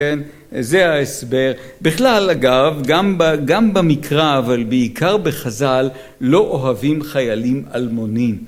כן, זה ההסבר. בכלל, אגב, גם במקרא, אבל בעיקר בחז"ל, לא אוהבים חיילים אלמונים.